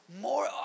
more